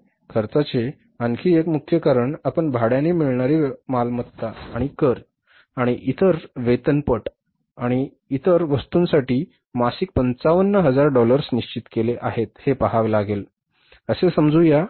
होय खर्चाचे आणखी एक मुख्य कारण आपण भाड्याने मिळणारी मालमत्ता आणि कर आणि इतर वेतनपट आणि इतर वस्तूंसाठी मासिक 55000 डॉलर्स निश्चित केले आहेत हे पहावे लागेल असे समजू या